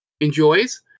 enjoys